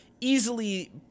Easily